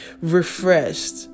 refreshed